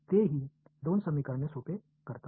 ते ही दोन समीकरणे सोपे करतात